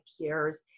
peers